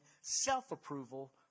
self-approval